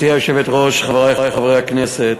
גברתי היושבת-ראש, חברי חברי הכנסת,